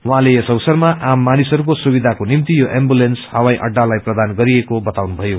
उईँते यस अवसरमा आम मानिसहरूको सुविधाको निम्ति यो एम्बुलेन्स हवाई अह्वालाई प्रदान गरिएको बताउनुभयो